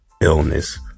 illness